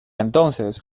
entonces